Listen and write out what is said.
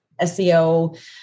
SEO